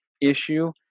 issue